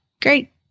great